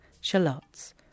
shallots